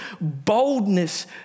boldness